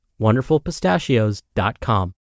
wonderfulpistachios.com